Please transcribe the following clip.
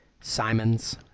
simon's